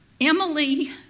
Emily